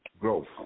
growth